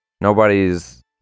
nobody's